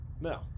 No